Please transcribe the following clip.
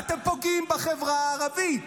אתם פוגעים בחברה הערבית,